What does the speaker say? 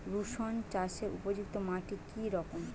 রুসুন চাষের উপযুক্ত মাটি কি রকম?